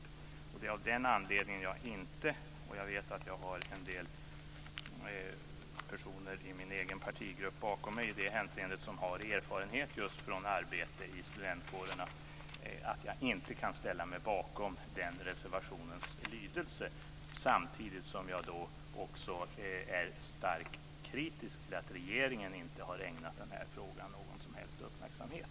Det är av den anledningen som jag inte kan ställa mig bakom den reservationens lydelse, och jag vet att jag har en del personer i min egen partigrupp bakom mig i det hänseendet som har erfarenhet just av arbete i studentkårerna. Samtidigt är jag starkt kritisk till att regeringen inte har ägnat den här frågan någon som helst uppmärksamhet.